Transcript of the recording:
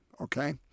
Okay